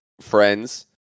friends